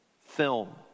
film